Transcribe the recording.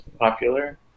popular